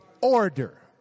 Order